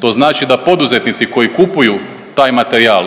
To znači da poduzetnici koji kupuju taj materijal